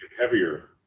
heavier